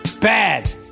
Bad